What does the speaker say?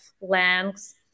lengths